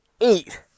eight